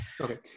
Okay